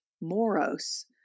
moros